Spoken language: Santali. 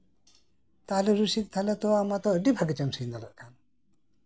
ᱛᱟᱦᱞᱮ ᱨᱚᱥᱤᱠ ᱟᱢ ᱢᱟᱛᱚ ᱟᱹᱰᱤ ᱢᱚᱸᱡ ᱮᱢ ᱥᱮᱨᱮᱧ ᱫᱟᱲᱮᱜ ᱠᱟᱱ